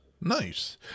Nice